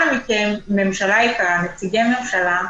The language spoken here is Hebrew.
אנא מכם, ממשלה יקרה, נציגי ממשלה,